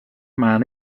man